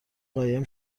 قایم